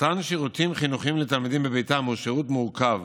מתן שירותים חינוכיים לתלמידים בביתם הוא שירות מורכב